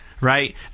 Right